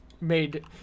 Made